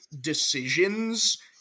decisions